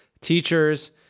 teachers